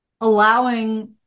allowing